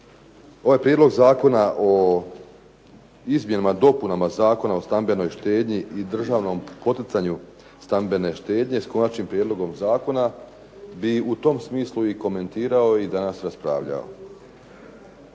ovaj Prijedlog zakona o izmjenama i dopunama Zakona o stambenoj štednji i državnom poticanju stambene štednje, s konačnim prijedlogom zakona, bi u tom smislu i komentirao i danas raspravljao.